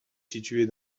située